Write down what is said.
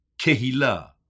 Kehila